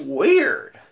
weird